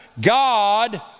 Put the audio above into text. God